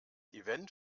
event